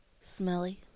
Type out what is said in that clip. Smelly